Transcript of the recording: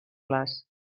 les